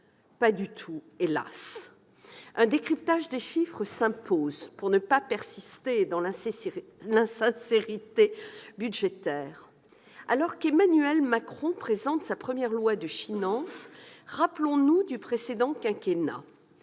Pas du tout, hélas ! Un décryptage des chiffres s'impose, pour ne pas persister dans l'insincérité budgétaire. Alors qu'Emmanuel Macron présente son premier projet de loi de finances, rappelons-nous le précédent quinquennat